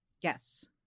Yes